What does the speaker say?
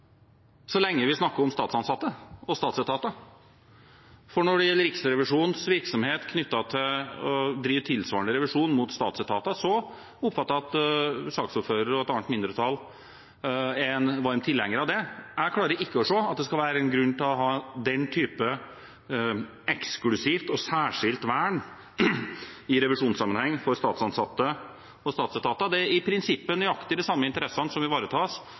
så lenge vi snakker om statsansatte og statsetater. Når det gjelder Riksrevisjonens virksomhet knyttet til å vri tilsvarende revisjon mot statsetater, oppfatter jeg det slik at saksordføreren og et annet mindretall er varme tilhengere av det. Jeg klarer ikke å se at det skal være en grunn til å ha den type eksklusivt og særskilt vern i revisjonssammenheng for statsansatte og statsetater. Det er i prinsippet nøyaktig de samme interessene som ivaretas